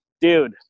dude